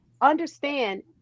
understand